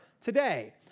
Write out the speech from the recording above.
today